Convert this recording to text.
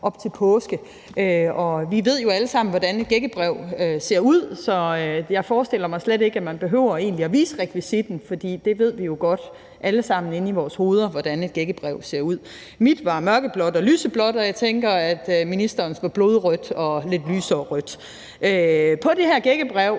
op til påske. Vi ved jo alle sammen, hvordan et gækkebrev ser ud, så jeg forestiller mig, at man egentlig slet ikke behøver at vise rekvisitten, for vi ved jo godt alle sammen inde i vores hoveder, hvordan et gækkebrev ser ud. Mit var mørkeblåt og lyseblåt, og jeg tænker, at ministerens var blodrødt og lidt lysere rødt. På det her gækkebrev